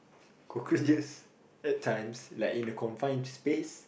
cockroaches at times like in a confine space